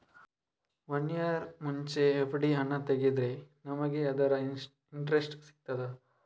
One year ಮುಂಚೆ FD ಹಣ ತೆಗೆದ್ರೆ ನಮಗೆ ಅದರ ಇಂಟ್ರೆಸ್ಟ್ ಸಿಗ್ತದ?